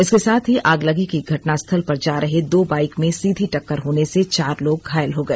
इसके साथ ही आगलगी की घटनास्थल पर जा रहे दो बाइक में सीधी टक्क्र होने से चार लोग घायल हो गए